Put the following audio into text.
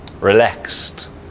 Relaxed